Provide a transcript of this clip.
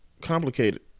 complicated